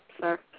sir